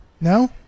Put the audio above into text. No